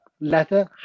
leather